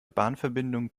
bahnverbindung